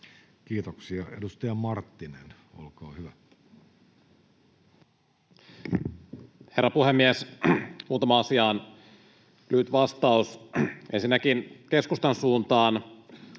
Kiitoksia. — Edustaja Marttinen, olkaa hyvä. Herra puhemies! Muutamaan asiaan lyhyt vastaus. Ensinnäkin keskustan suuntaan